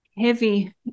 heavy